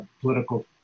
political